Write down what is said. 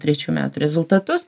trečių metų rezultatus